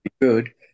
good